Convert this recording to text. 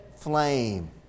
flame